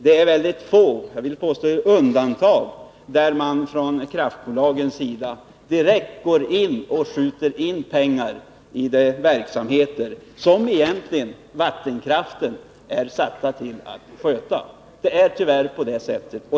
Det är väldigt få gånger, jag vill påstå i undantagsfall, som man från kraftbolagens sida går in direkt och skjuter till pengar i de verksamheter som Nr 53 kraftbolagen egentligen är satta till att sköta. Det är tyvärr på detta sätt.